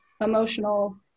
emotional